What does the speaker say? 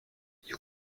you